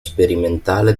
sperimentale